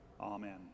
Amen